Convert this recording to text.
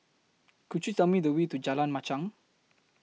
Could YOU Tell Me The Way to Jalan Machang